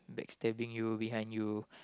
like stabbing you behind you